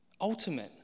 ultimate